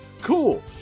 Cool